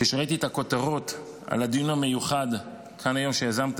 כשראיתי את הכותרות על הדיון המיוחד שיזמת